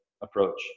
approach